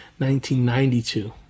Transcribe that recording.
1992